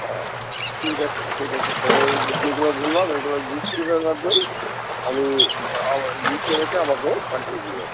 হ্যাঁ ঠিক আছে ঠিক আছে তাহলে এই যেগুলো বললাম এইগুলো লিস্ট করে রাখবেন আমি এ আমার লিস্টটা দেখে আমাকে পাঠিয়ে দেবেন